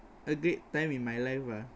a great time in my life lah